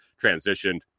transitioned